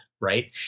right